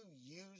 use